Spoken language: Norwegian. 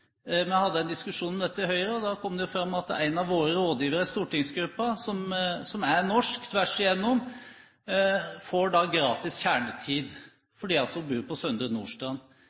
Vi hadde en diskusjon om dette i Høyre, og da kom det fram at en av våre rådgivere i stortingsgruppen som er norsk tvers igjennom, får gratis kjernetid fordi hun bor på Søndre Nordstrand.